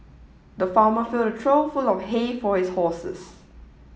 the farmer filled a trough full of hay for his horses